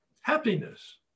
Happiness